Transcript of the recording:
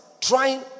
trying